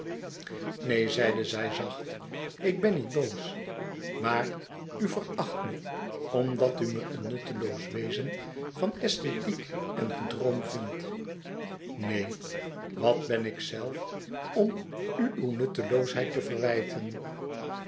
neen zeide zij zacht ik ben niet boos maar u veracht me omdat u me een nutteloos wezen van esthetiek en gedroom vindt neen wat ben ikzelf om u uw nutteloosheid te verwijten